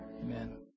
Amen